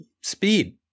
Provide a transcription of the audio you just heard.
Speed